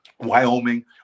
Wyoming